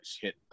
hit